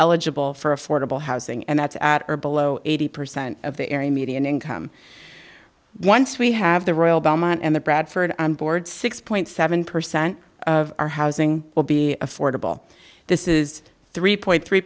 eligible for affordable housing and that's at or below eighty percent of the area median income once we have the royal belmont and the bradford on board six point seven percent of our housing will be affordable this is three point three